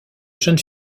jeune